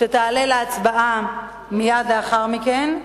שתעלה להצבעה מייד לאחר מכן.